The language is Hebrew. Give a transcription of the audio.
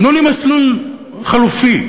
תנו לי מסלול חלופי.